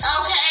Okay